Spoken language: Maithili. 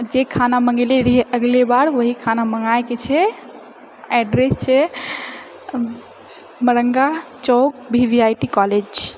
जे खाना मङ्गेले रहिए अगले बार ओएह खाना मङ्गाएके छै एड्रेस छै मरङ्गा चौक ओएह ओएह आइ टी कॉलेज